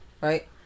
right